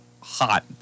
hot